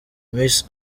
miss